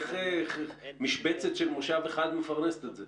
איך משבצת של מושב אחד מפרנסת את זה?